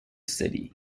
city